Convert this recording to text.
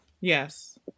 Yes